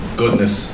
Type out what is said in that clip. goodness